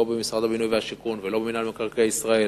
לא במשרד הבינוי והשיכון ולא במינהל מקרקעי ישראל,